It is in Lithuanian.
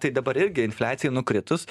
tai dabar irgi infliacijai nukritus